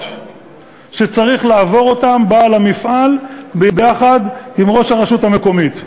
שצריך לעבור בעל המפעל ביחד עם ראש הרשות המקומית.